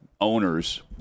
owners